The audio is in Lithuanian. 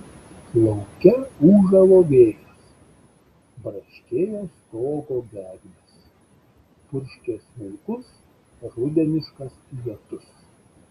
lauke ūžavo vėjas braškėjo stogo gegnės purškė smulkus rudeniškas lietus